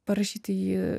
parašyti jį